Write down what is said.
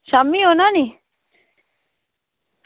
शामीं औना नी